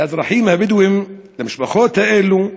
לאזרחים הבדואים, למשפחות האלה,